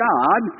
God